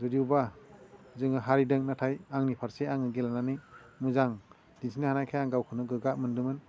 जुदिअ'बा जों हारिदों नाथाय आंनि फारसे आं गेलेनानै मोजां दिन्थिनो हानायखाय आं गावखौनो गोग्गा मोन्दोंमोन